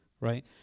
right